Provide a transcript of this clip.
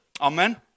amen